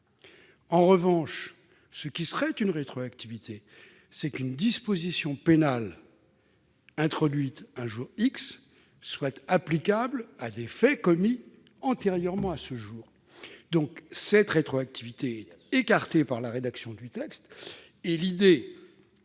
En revanche, ce qui serait une rétroactivité, c'est qu'une disposition pénale soit applicable à des faits commis antérieurement à son introduction. Cette rétroactivité est écartée par la rédaction du texte. L'idée